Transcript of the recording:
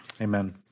Amen